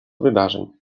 wydarzeń